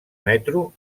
metro